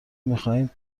میخواهیم